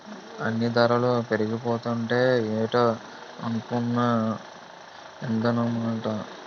అన్నీ దరలు పెరిగిపోతాంటే ఏటో అనుకున్నాను ఇదన్నమాట